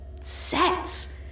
sets